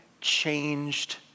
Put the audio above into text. changed